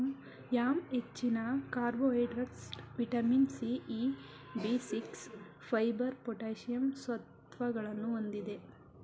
yam ಹೆಚ್ಚಿನ carbohydrates, vitamin C, E, B six, fibre, potassium ಸತ್ವಗಳನ್ನು ಹೊಂದಿದೆ